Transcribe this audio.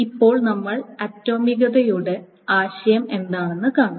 ഇപ്പോൾ നമ്മൾ ആറ്റോമികതയുടെ ആശയം എന്താണ് കാണും